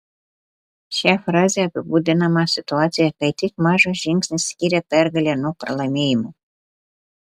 šia fraze apibūdinama situacija kai tik mažas žingsnis skiria pergalę nuo pralaimėjimo